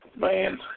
man